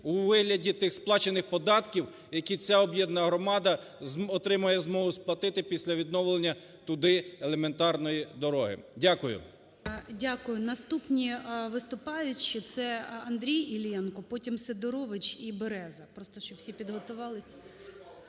у вигляді тих сплачених податків, які ця об'єднана громада отримає змогу сплатити, після відновлення туди елементарної дороги. Дякую. ГОЛОВУЮЧИЙ. Дякую. Наступні виступаючі - це Андрій Іллєнко, потім Сидорович і Береза.